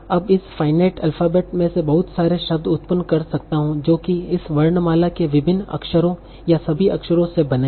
अब इस finite alphabet से मैं बहुत सारे शब्द उत्पन्न कर सकता हूँ जो कि इस वर्णमाला के विभिन्न अक्षरों या सभी अक्षरों से बने हैं